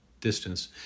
distance